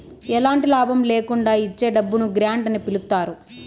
ఎలాంటి లాభం ల్యాకుండా ఇచ్చే డబ్బును గ్రాంట్ అని పిలుత్తారు